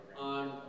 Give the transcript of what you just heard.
on